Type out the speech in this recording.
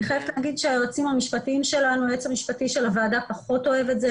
אני חייבת להגיד שהיועץ המשפטי של הוועדה פחות אוהב את זה,